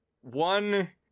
One